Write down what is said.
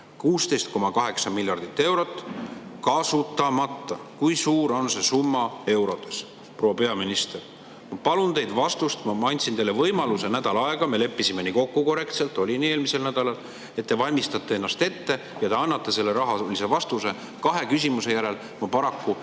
16,8 miljardit eurot, kasutamata? Kui suur on see summa eurodes, proua peaminister? Ma palun teilt vastust. Ma andsin teile võimaluse, andsin nädal aega. Me leppisime korrektselt kokku – oli nii eelmisel nädalal –, et te valmistate ennast ette ja annate selle rahalise vastuse. Kahe küsimuse järel ma paraku seda